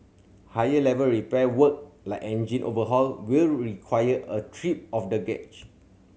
higher level repair work like engine overhaul will require a trip of the